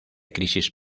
crisis